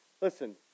Listen